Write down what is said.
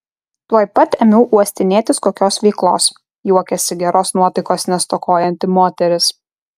tuoj pat ėmiau uostinėtis kokios veiklos juokėsi geros nuotaikos nestokojanti moteris